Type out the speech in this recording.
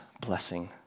blessing